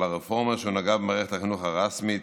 הרפורמה שהונהגה במערכת החינוך הרשמית